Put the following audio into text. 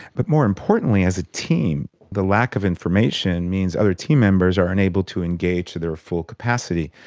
but more importantly, as a team the lack of information means other team members are unable to engage to their full capacity,